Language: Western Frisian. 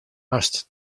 hast